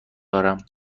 دارم